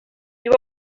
you